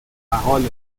محاله